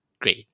great